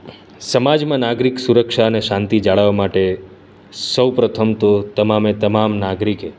સમાજમાં નાગરિક સુરક્ષા અને શાંતિ જાળવવા માટે સૌ પ્રથમ તો તમામે તમામ નાગરિકે